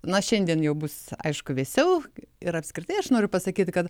na šiandien jau bus aišku vėsiau ir apskritai aš noriu pasakyti kad